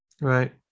right